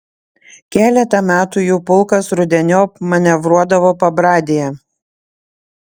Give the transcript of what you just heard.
keletą metų jų pulkas rudeniop manevruodavo pabradėje